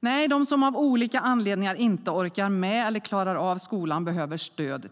Nej, de som av olika anledningar inte orkar med eller klarar av skolan behöver stöd